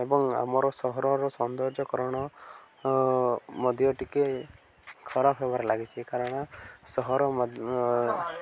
ଏବଂ ଆମର ସହରର ସୌନ୍ଦର୍ଯ୍ୟକରଣ ମଧ୍ୟ ଟିକେ ଖରାପ ହେବାର ଲାଗିଛି କାରଣ ସହର